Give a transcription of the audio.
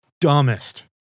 dumbest